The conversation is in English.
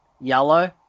Yellow